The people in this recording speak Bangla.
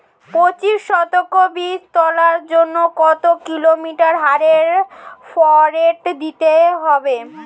পঁচিশ শতক বীজ তলার জন্য কত কিলোগ্রাম হারে ফোরেট দিতে হবে?